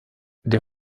der